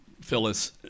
Phyllis